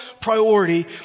priority